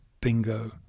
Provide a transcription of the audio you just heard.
bingo